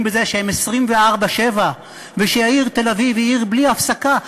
בזה שהם 24/7 ושהעיר תל-אביב היא עיר בלי הפסקה.